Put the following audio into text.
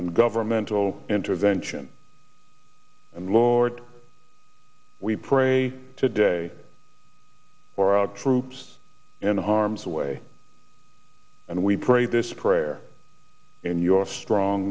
and governmental intervention and lord we pray today for our troops in harm's way and we pray this prayer in your strong